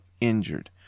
injured